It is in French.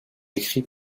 écrit